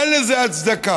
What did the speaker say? אין לזה הצדקה.